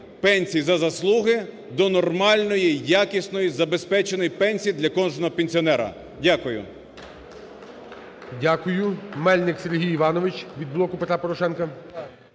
пенсій за заслуги до нормальної якісної забезпеченої пенсії для кожного пенсіонера. Дякую. ГОЛОВУЮЧИЙ. Дякую. Мельник Сергій Іванович від "Блоку Петра Порошенка".